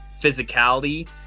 physicality